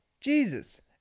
Jesus